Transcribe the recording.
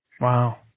Wow